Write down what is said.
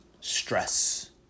stress